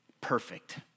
Perfect